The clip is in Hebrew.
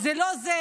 זה לא זה.